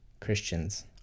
Christians